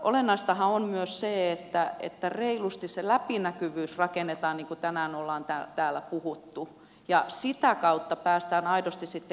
olennaistahan on myös se että reilusti rakennetaan se läpinäkyvyys niin kuin tänään on täällä puhuttu ja sitä kautta päästään aidosti sitten keskustelemaan kokonaisuudesta